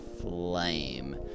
Flame